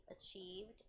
achieved